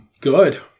good